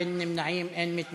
בעד, 9, אין נמנעים, אין מתנגדים.